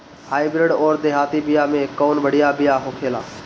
Hybrid अउर देहाती बिया मे कउन बढ़िया बिया होखेला?